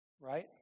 Right